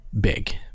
big